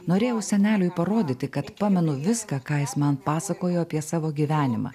norėjau seneliui parodyti kad pamenu viską ką jis man pasakojo apie savo gyvenimą